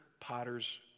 potter's